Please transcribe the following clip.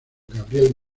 gabriel